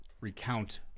recount